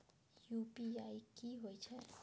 UPI की होय छै?